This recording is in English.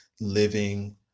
living